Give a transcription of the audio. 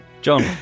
John